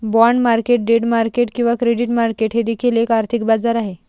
bond market debt market किंवा credit market हे देखील एक आर्थिक बाजार आहे